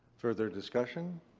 further discussion?